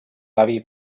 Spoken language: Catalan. aviv